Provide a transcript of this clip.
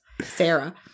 sarah